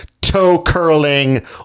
toe-curling